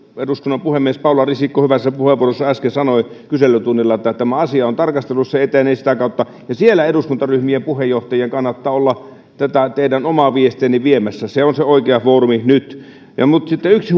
eduskunnan puhemies paula risikko hyvässä puheenvuorossaan äsken sanoi kyselytunnilla että tämä asia on tarkastelussa ja etenee sitä kautta siellä eduskuntaryhmien puheenjohtajien kannattaa olla tätä teidän omaa viestiänne viemässä se on se oikea foorumi nyt mutta sitten yksi